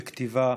בכתיבה,